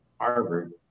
Harvard